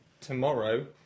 tomorrow